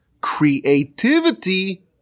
creativity